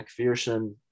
McPherson